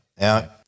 Now